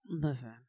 Listen